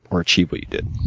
or achieve what you did?